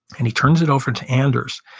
and he turns it over to anders,